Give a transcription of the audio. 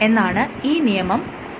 എന്നതാണ് ഈ നിയമം ചൂണ്ടിക്കാണിക്കുന്നത്